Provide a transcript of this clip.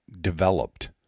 developed